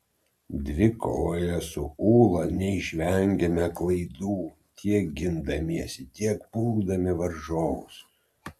dvikovoje su ūla neišvengėme klaidų tiek gindamiesi tiek puldami varžovus